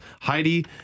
Heidi